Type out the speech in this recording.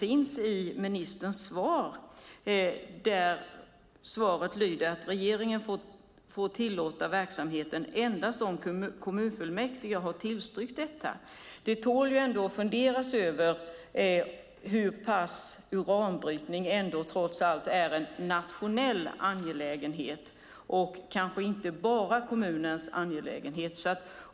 I ministerns svar står det att regeringen får tillåta verksamheten endast om kommunfullmäktige har tillstyrkt det. Det tål att funderas över om inte uranbrytning trots allt är en nationell angelägenhet och inte bara kommunernas angelägenhet.